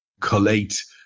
collate